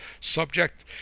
subject